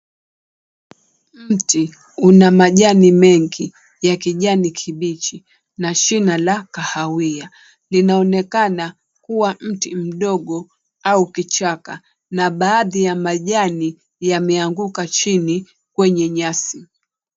Mti una majani mengi ya kijani kibichi na shina la kahawia, linaonekana kuwa mti mdogo au kichaka na baadhi ya majani yameanguka chini kwenye nyasi.